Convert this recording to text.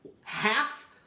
half